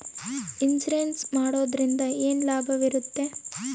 Insurance ಮಾಡೋದ್ರಿಂದ ಏನು ಲಾಭವಿರುತ್ತದೆ?